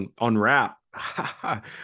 unwrap